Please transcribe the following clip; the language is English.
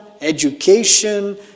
education